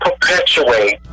perpetuate